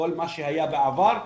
כל מה שהיה בעבר,